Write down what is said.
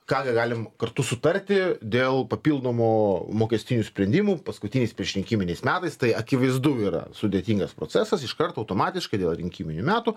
ką g galim kartu sutarti dėl papildomų mokestinių sprendimų paskutiniais priešrinkiminiais metais tai akivaizdu yra sudėtingas procesas iškart automatiškai dėl rinkiminių metų